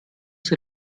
sie